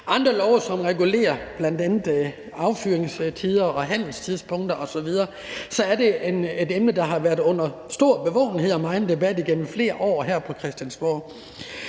andre love, som regulerer bl.a. affyringstider og handelstidspunkter osv., så er det et emne, der har været under stor bevågenhed og megen debat igennem flere år her på Christiansborg.